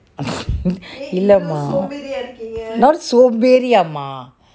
இல்லமா:illamaa not சோம்பேரி:somberi ah அம்மா:amma